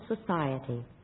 society